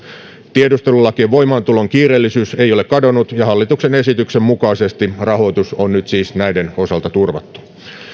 tiedustelulakien voimaantulon kiireellisyys ei ole kadonnut ja hallituksen esityksen mukaisesti rahoitus on nyt siis näiden osalta turvattu